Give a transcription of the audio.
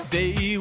Day